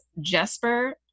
Jesper